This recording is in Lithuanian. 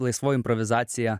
laisvoji improvizacija